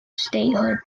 statehood